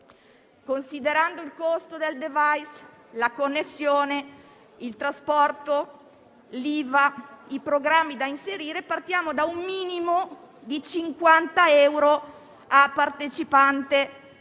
Considerando il costo del *device*, la connessione, il trasporto, l'IVA e i programmi da inserire, partiamo da un minimo di 50 euro a partecipante.